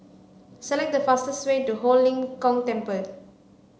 select the fastest way to Ho Lim Kong Temple